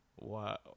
wow